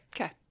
Okay